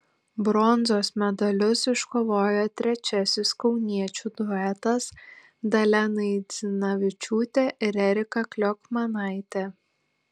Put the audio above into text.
bronzos medalius iškovojo trečiasis kauniečių duetas dalia naidzinavičiūtė ir erika kliokmanaitė